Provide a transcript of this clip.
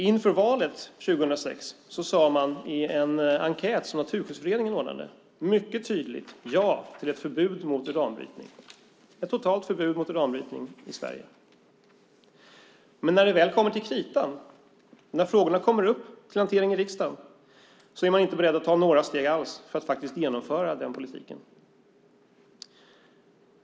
Inför valet 2006 sade man i en enkät som Naturskyddsföreningen ordnade mycket tydligt ja till ett totalt förbud mot uranbrytning i Sverige. Men när det väl kommer till kritan och när frågorna kommer upp till hantering i riksdagen är man inte beredd att ta några steg alls för att genomföra den politiken.